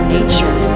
Nature